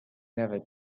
never